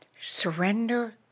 Surrender